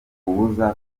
kubuza